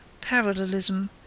parallelism